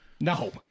No